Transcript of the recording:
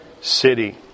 city